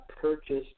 purchased